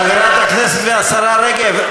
חברת הכנסת והשרה רגב,